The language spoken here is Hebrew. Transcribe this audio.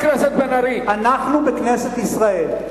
אנחנו בכנסת ישראל,